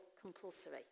compulsory